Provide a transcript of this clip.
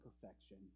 perfection